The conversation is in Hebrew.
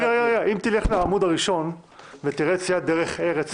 תלך לעמוד הראשון ותראה את סיעת דרך ארץ,